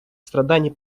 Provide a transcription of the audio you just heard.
страданий